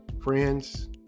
friends